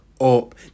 up